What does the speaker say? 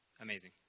amazing